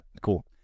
cool